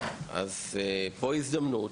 יש פה הזדמנות